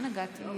תודה רבה, חברים.